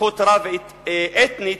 זכות רב-אתנית,